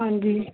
ਹਾਂਜੀ